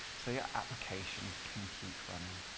so your application can keep running.